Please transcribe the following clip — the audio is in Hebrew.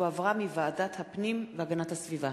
ואני מתכבד לפתוח את ישיבת הכנסת.